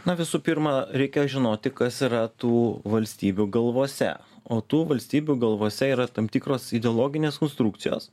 na visų pirma reikia žinoti kas yra tų valstybių galvose o tų valstybių galvose yra tam tikros ideologinės konstrukcijos